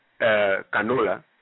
canola